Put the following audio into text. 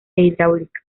hidráulica